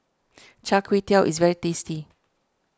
Char Kway Teow is very tasty